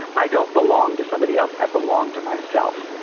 i don't belong to somebody else, i belong to myself.